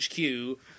HQ